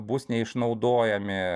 bus neišnaudojami